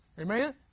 Amen